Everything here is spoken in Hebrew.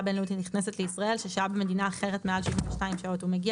בין-לאומית הנכנסת לישראל ששהה במדינה אחרת מעל 72 שעות,